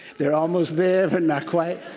they're almost there but not quite.